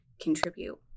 contribute